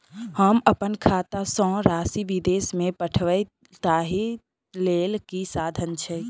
हम अप्पन खाता सँ राशि विदेश मे पठवै ताहि लेल की साधन छैक?